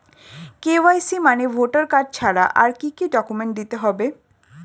KYC মানে voter card ছাড়া আর কি কি ডকুমেন্ট দিতে হবে?